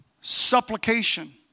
Supplication